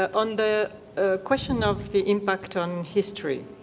ah on the question of the impact on history,